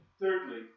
Thirdly